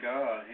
God